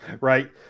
Right